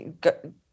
go